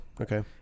Okay